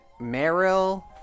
Meryl